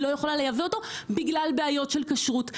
היא לא יכולה לייבא אותו בגלל בעיות של כשרות,